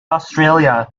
australia